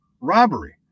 robbery